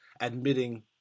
admitting